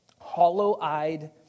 hollow-eyed